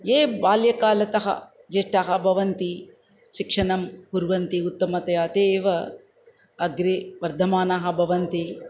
ये बाल्यकालतः ज्येष्ठाः भवन्ति शिक्षणं कुर्वन्ति उत्तमतया ते एव अग्रे वर्धमानाः भवन्ति